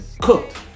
Cooked